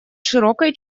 широкой